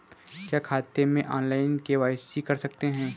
क्या खाते में ऑनलाइन के.वाई.सी कर सकते हैं?